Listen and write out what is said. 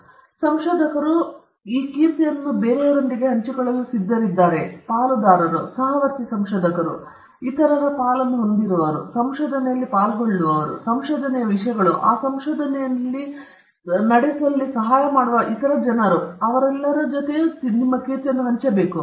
ಆದ್ದರಿಂದ ಸಂಶೋಧಕರು ಇದನ್ನು ಇತರರೊಂದಿಗೆ ಹಂಚಿಕೊಳ್ಳಲು ಸಿದ್ಧರಾಗಿದ್ದಾರೆ ಪಾಲುದಾರರು ಸಹವರ್ತಿ ಸಂಶೋಧಕರು ಇತರ ಪಾಲನ್ನು ಹೊಂದಿರುವವರು ಸಂಶೋಧನೆಯಲ್ಲಿ ಪಾಲ್ಗೊಳ್ಳುವವರು ಸಂಶೋಧನೆಯ ವಿಷಯಗಳು ಆ ಸಂಶೋಧನೆಯನ್ನು ನಡೆಸುವಲ್ಲಿ ಸಹಾಯ ಮಾಡುವ ಜನರು ಸಹ ಇದನ್ನು ಹಂಚಬೇಕು